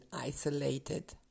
isolated